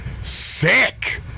Sick